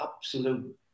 absolute